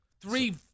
Three